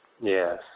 Yes